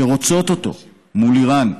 שרוצות אותו, מול איראן,